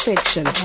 Fiction